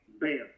bam